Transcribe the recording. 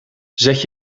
zet